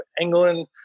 England